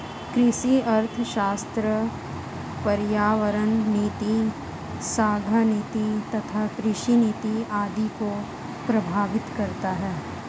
कृषि अर्थशास्त्र पर्यावरण नीति, खाद्य नीति तथा कृषि नीति आदि को प्रभावित करता है